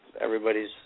everybody's